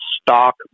stock